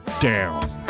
down